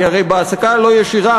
כי הרי בהעסקה הלא-ישירה,